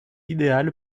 idéal